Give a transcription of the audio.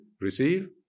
Receive